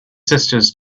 sisters